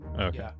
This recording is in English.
Okay